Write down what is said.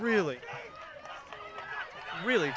really really